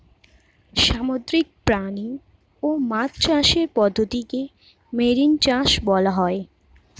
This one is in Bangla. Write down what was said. সামুদ্রিক প্রাণী ও মাছ চাষের পদ্ধতিকে মেরিন চাষ বলা হয়